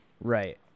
Right